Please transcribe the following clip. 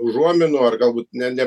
užuominų ar galbūt ne ne